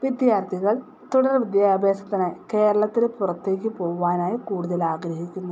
വിദ്യാർത്ഥികൾ തുടർ വിദ്യാഭ്യാസത്തിനായി കേരളത്തിന് പുറത്തേക്കു പോകുവാനായി കൂടുതൽ ആഗ്രഹിക്കുന്നു